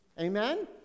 Amen